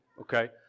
okay